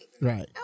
Right